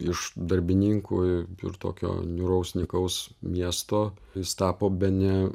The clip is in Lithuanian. iš darbininkų ir tokio niūraus nykaus miesto jis tapo bene